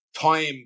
time